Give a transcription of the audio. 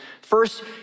First